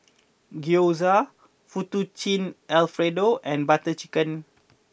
Gyoza Fettuccine Alfredo and Butter Chicken